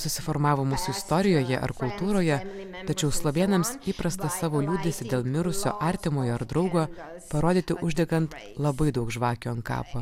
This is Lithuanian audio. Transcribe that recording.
susiformavo mūsų istorijoje ar kultūroje tačiau slovėnams įprasta savo liūdesį dėl mirusio artimojo ar draugo parodyti uždegant labai daug žvakių ant kapo